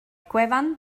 gwefan